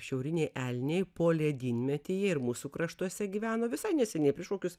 šiauriniai elniai poledynmetyje ir mūsų kraštuose gyveno visai neseniai prieš kokius